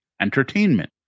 entertainment